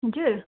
हजुर